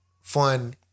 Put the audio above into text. fun